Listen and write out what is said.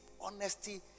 honesty